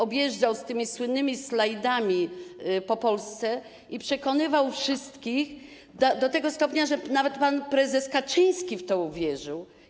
objeżdżał z tymi słynnymi slajdami Polskę i przekonywał wszystkich do tego stopnia, że nawet pan prezes Kaczyński w to uwierzył.